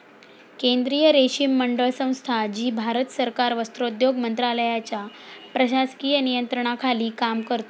केंद्रीय रेशीम मंडळ संस्था, जी भारत सरकार वस्त्रोद्योग मंत्रालयाच्या प्रशासकीय नियंत्रणाखाली काम करते